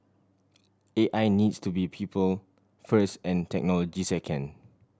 A I needs to be people first and technology second